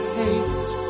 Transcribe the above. hate